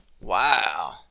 Wow